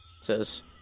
Says